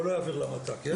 הוא לא יעביר למת"ק.